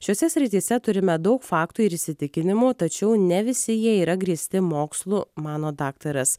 šiose srityse turime daug faktų ir įsitikinimų tačiau ne visi jie yra grįsti mokslu mano daktaras